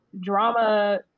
drama